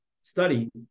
study